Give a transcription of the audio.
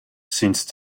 since